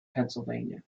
pennsylvania